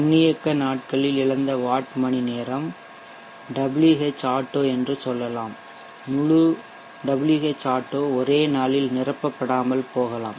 தன்னியக்க நாட்களில் இழந்த வாட் மணிநேரம் என்று Whauto சொல்லலாம் முழு Whauto ஒரே நாளில் நிரப்பப்படாமல் போகலாம்